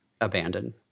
abandoned